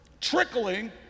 trickling